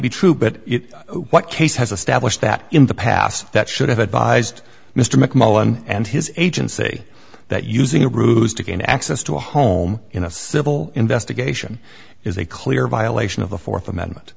be true but what case has established that in the past that should have advised mr mcmullan and his agent say that using a ruse to gain access to a home in a civil investigation is a clear violation of the fourth amendment